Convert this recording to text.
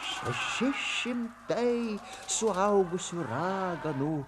šeši šimtai suaugusių raganų